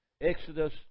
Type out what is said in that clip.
Exodus